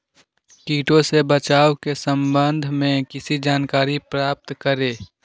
किटो से बचाव के सम्वन्ध में किसी जानकारी प्राप्त करें?